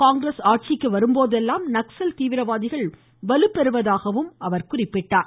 காங்கிரஸ் ஆட்சிக்கு வரும்போதெல்லாம் நக்சல் தீவிரவாதிகள் வலிமை பெறுவதாக குறிப்பிட்டார்